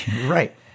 right